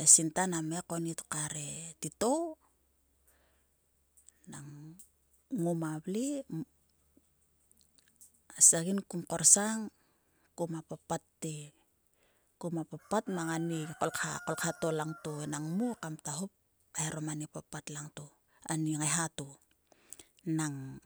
E sinta nam ngai konnit kre titou. Nang ngoma vle e segain kom korsang kpapate koma papat mang ani kolkha to. A kolkha to ngoma kam hop kaeharom ani ngaiha. Nang